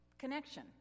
connection